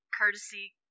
courtesy